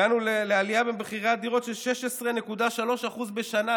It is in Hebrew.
הגענו לעלייה במחירי הדירות של 16.3% בשנה,